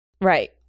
Right